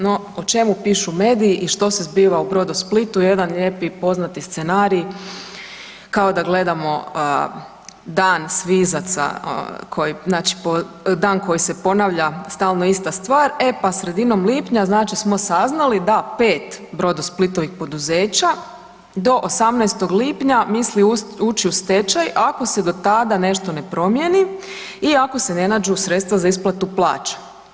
No o čemu pišu mediji i što se zbiva u Brodosplitu jedan lijepi poznati scenarij kao da gledamo dan svizaca, dan koji se ponavlja stalno ista stvar, e pa sredinom lipnja smo saznali da pet Brodosplitovih poduzeća do 18. lipnja misli ući u stečaj ako se do tada nešto ne promijeni i ako se ne nađu sredstva za isplatu plaća.